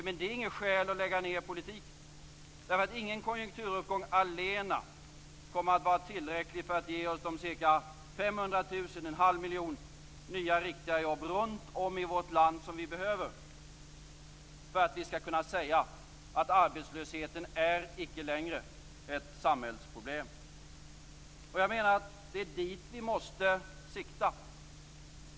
Men det är inget skäl att lägga ned politiken därför att ingen konjunkturuppgång allena kommer att vara tillräcklig för ge oss de ca 500 000, en halv miljon, nya riktiga jobb runt om i vårt land som vi behöver för att vi skall kunna säga att arbetslösheten icke längre är ett samhällsproblem. Det är dit vi måste sikta.